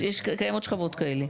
קיימות שכבות כאלה.